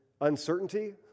uncertainty